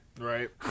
Right